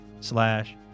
slash